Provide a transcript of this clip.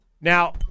Now